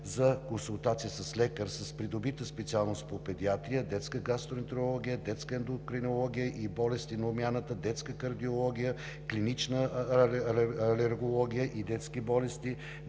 за консултация с лекар с придобита специалност по педиатрия, детска гастроентерология, детска ендокринология и болести на обмяната, детска кардиология, клинична алергология и детски болести,